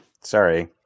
sorry